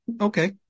Okay